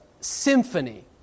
symphony